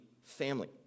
family